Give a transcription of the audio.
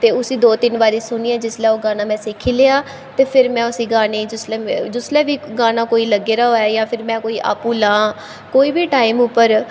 ते उस्सी दो तिन्न बारी सुनियै जिसलै ओह् गाना में सिक्खी लेआ ते फिर में उस्सी गाने गी जिसलै में जिसलै बी गाना कोई लग्गे दा होऐ जां फिर में आपूं कोई लां कुसै बी टाइम उप्पर